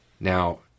Now